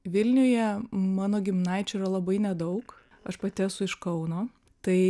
vilniuje mano giminaičių yra labai nedaug aš pati esu iš kauno tai